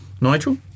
Nigel